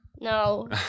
No